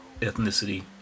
ethnicity